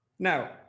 Now